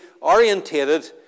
orientated